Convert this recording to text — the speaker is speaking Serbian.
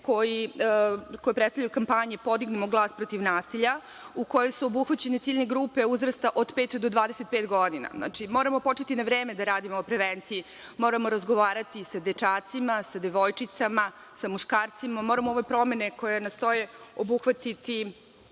koje predstavljaju kampanje, „Podignimo glas protiv nasilja“, a u kojoj su obuhvaćene ciljne grupe uzrasta od pet do 25 godina. Znači, moramo početi na vreme da radimo na prevenciji. Moramo razgovarati sa dečacima, sa devojčicama, sa muškarcima. Moramo ovim promenama obuhvatiti